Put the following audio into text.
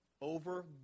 over